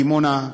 בדימונה,